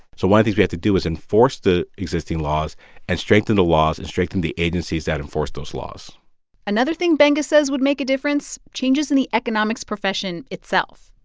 so one of the things we have to do is enforce the existing laws and strengthen the laws and strengthen the agencies that enforce those laws another thing gbenga says would make a difference changes in the economics profession itself.